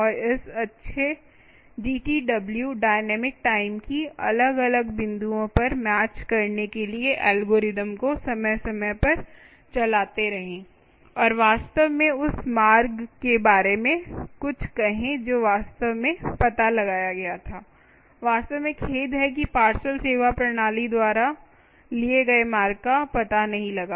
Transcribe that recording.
और इस अच्छे DTW डायनामिक टाइम को अलग अलग बिंदुओं पर मैच करने के लिए एल्गोरिदम को समय समय पर चलाते रहें और वास्तव में उस मार्ग के बारे में कुछ कहें जो वास्तव में पता लगाया गया था वास्तव में खेद है कि पार्सल सेवा प्रणाली द्वारा लिए गए मार्ग का पता नहीं लगा